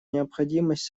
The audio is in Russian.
необходимость